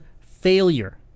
failure